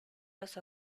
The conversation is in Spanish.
los